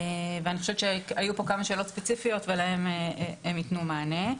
אני חושבת שהיו כמה שאלות ספציפיות ועליהן הם יתנו מענה.